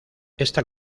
esta